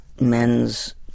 men's